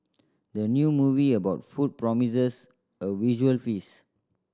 the new movie about food promises a visual feast